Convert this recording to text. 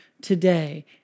today